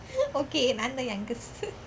okay நாந்தான்:naanthan youngest